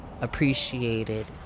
appreciated